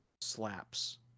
slaps